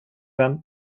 vän